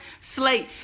slate